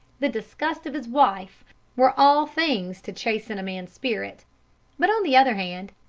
the disgust of his wife were all things to chasten a man's spirit but on the other hand,